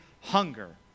hunger